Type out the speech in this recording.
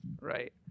Right